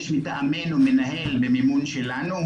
יש מטעמנו מנהל במימון שלנו.